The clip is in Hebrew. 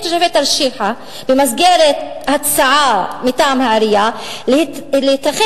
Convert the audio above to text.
מדינת ישראל היא בעלת הכלכלה הצומחת ביותר באזור